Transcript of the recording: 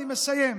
אני מסיים,